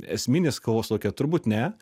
esminis kovos lauke turbūt ne